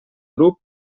grup